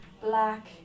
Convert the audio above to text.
black